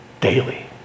daily